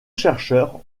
chercheurs